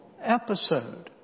episode